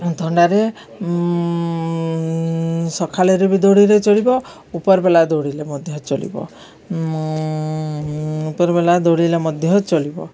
ଥଣ୍ଡାରେ ସଖାଳେରେ ବି ଦୌଡ଼ିଲେ ଚଳିବ ଉପର ବଲା ଦୌଡ଼ିଲେ ମଧ୍ୟ ଚଳିବ ଉପରବେଲା ଦୌଡ଼ିଲେ ମଧ୍ୟ ଚଳିବ